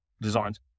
designs